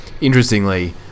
interestingly